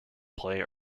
play